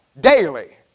daily